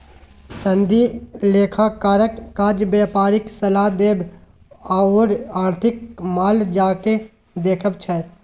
सनदी लेखाकारक काज व्यवसायिक सलाह देब आओर आर्थिक मामलाकेँ देखब छै